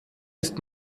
ist